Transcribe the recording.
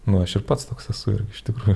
nu aš ir pats toks esu irgi iš tikrųjų